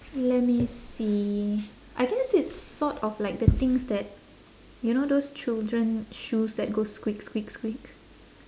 let me see I guess it's sort of like the things that you know those children shoes that goes squeak squeak squeak